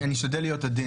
אני אשתדל להיות עדין.